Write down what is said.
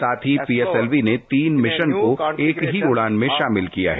साथ ही पीएसएलवी ने तीन मिशन को एकही उड़ान में शामिल किया है